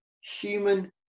human